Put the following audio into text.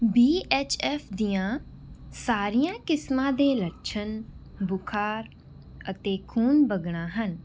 B H F ਦੀਆਂ ਸਾਰੀਆਂ ਕਿਸਮਾਂ ਦੇ ਲੱਛਣ ਬੁਖਾਰ ਅਤੇ ਖੂਨ ਵੱਗਣਾ ਹਨ